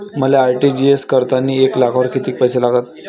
मले आर.टी.जी.एस करतांनी एक लाखावर कितीक पैसे लागन?